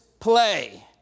Play